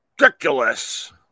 ridiculous